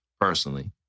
personally